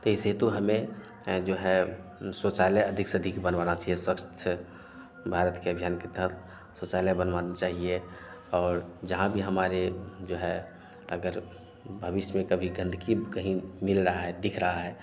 तो इसे तो हमें जो है शौचालय अधिक से अधिक बनवाना चाहिए स्वच्छ भारत के अभियान के तहत शौचालय बनवाने चाहिए और जहाँ भी हमारे जो है अगर भविष्य में कभी गन्दगी कहीं मिल रही है दिख रही है